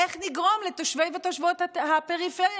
איך נגרום לתושבי ותושבות הפריפריה